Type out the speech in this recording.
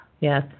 Yes